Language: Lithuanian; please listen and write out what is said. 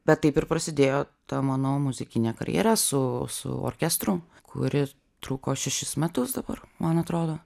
bet taip ir prasidėjo ta mano muzikinė karjera su su orkestru kuri truko šešis metus dabar man atrodo